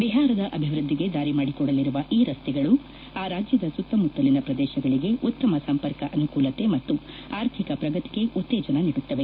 ಬಿಹಾರದ ಅಭಿವ್ಯದ್ದಿಗೆ ದಾರಿ ಮಾಡಿಕೊಡಲಿರುವ ಈ ರಸ್ತೆಗಳು ಆ ರಾಜ್ಜದ ಸುತ್ತಮುತ್ತಲಿನ ಪ್ರದೇಶಗಳಿಗೆ ಉತ್ತಮ ಸಂಪರ್ಕ ಅನುಕೂಲತೆ ಮತ್ತು ಆರ್ಥಿಕ ಪ್ರಗತಿಗೆ ಉತ್ತೇಜನ ನೀಡುತ್ತವೆ